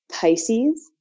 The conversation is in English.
Pisces